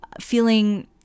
feeling